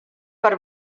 per